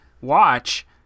watch